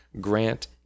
grant